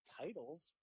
Titles